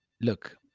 look